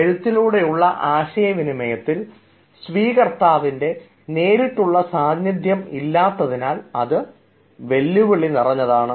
എഴുത്തിലൂടെയുള്ള ആശയവിനിമയത്തിൽ സ്വീകർത്താവിൻറെ നേരിട്ടുള്ള സാന്നിധ്യം ഇല്ലാത്തതിനാൽ അത് വെല്ലുവിളി നിറഞ്ഞതാണ്